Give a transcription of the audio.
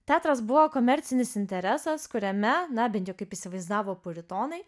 teatras buvo komercinis interesas kuriame na bent jau kaip įsivaizdavo puritonai